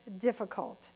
difficult